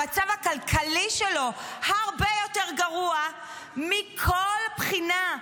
המצב הכלכלי שלו הרבה יותר גרוע מכל בחינה,